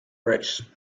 race